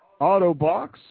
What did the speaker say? Autobox